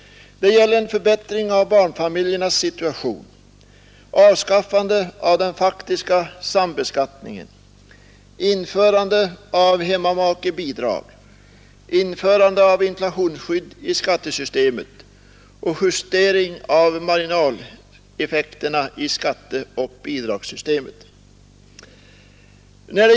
Det gäller en förbättring av barnfamiljernas situation, avskaffande av den faktiska sambeskattningen, införande av hemmamakebidrag, införande av inflationsskydd i skattesystemet och justering av marginaleffekterna i skatteoch bidragssystemet.